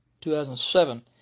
2007